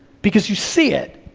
because you see it,